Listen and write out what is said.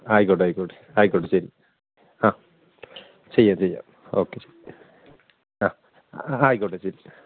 ആയിക്കോട്ടെ ആയിക്കോട്ടെ ആയിക്കോട്ടെ ശരി ആ ചെയ്യാം ചെയ്യാം ഓക്കെ ആ ആയിക്കോട്ടെ ശരി